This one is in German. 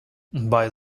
bei